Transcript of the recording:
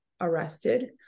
arrested